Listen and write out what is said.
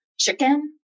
chicken